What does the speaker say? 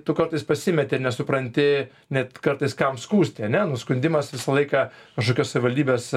tu kartais pasimeti nesupranti net kartais kam skųsti ane nu skundimas visą laiką kažkokios savivaldybės